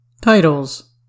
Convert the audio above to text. TITLES